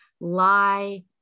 lie